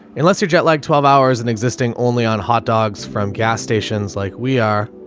unless your jet lag twelve hours and existing only on hotdogs from gas stations like we are.